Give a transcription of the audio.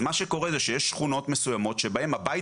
אז מה שקורה זה שיש שכונות מסוימות שבהם הבית